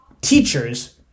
teachers